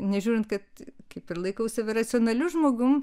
nežiūrint kad kaip ir laikau save racionaliu žmogum